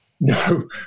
no